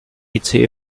ice